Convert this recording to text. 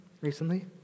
recently